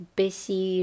busy